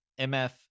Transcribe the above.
mf